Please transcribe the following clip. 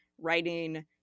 writing